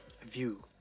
view